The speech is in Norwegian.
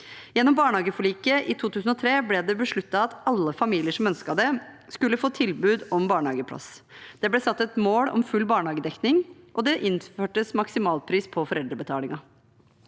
Gjennom barnehageforliket i 2003 ble det besluttet at alle familier som ønsket det, skulle få tilbud om barnehageplass. Det ble satt et mål om full barnehagedekning, og det ble innført maksimalpris på foreldrebetalingen.